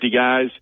guys